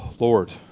Lord